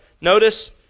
notice